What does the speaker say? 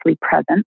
present